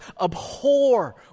Abhor